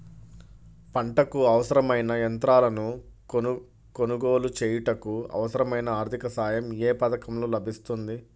పంటకు అవసరమైన యంత్రాలను కొనగోలు చేయుటకు, అవసరమైన ఆర్థిక సాయం యే పథకంలో లభిస్తుంది?